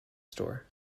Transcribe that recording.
store